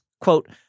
quote